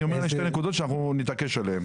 שאנחנו נתעקש עליהן.